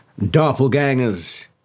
doppelgangers